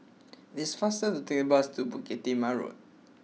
this faster to take the bus to Bukit Timah Road